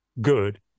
good